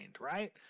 right